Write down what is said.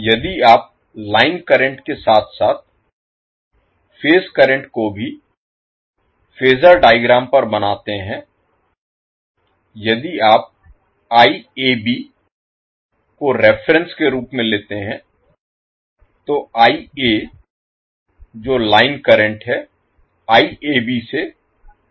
यदि आप line current के साथ साथ फेज करंट को भी फेज़र डायग्राम पर बनाते हैं यदि आप को रेफेरेंस के रूप में लेते हैं तो जो लाइन करंट है से 30 डिग्री लैग करेगा